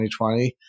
2020